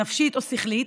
נפשית או שכלית,